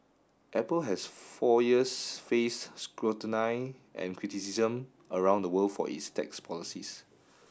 apple has for years faced scrutiny and criticism around the world for its tax policies